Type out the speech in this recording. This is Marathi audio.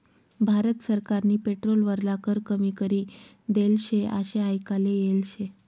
भारत सरकारनी पेट्रोल वरला कर कमी करी देल शे आशे आयकाले येल शे